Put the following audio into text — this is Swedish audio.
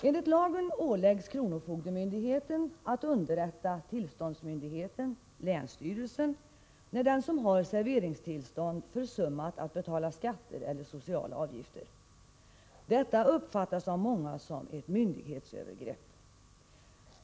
Enligt lagen åläggs kronofogdemyndigheten att underrätta tillståndsmyndigheten — länsstyrelsen — när den som har serveringstillstånd försummat att betala skatter eller sociala avgifter. Detta uppfattas av många som ett myndighetsövergrepp.